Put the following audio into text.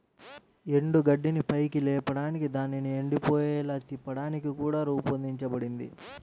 ఎండుగడ్డిని పైకి లేపడానికి దానిని ఎండిపోయేలా తిప్పడానికి కూడా రూపొందించబడింది